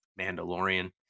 Mandalorian